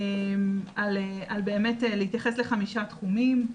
על להתייחס לחמישה תחומים,